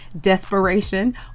desperation